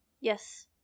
Yes